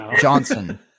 Johnson